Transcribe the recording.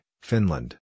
Finland